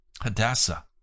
Hadassah